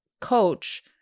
coach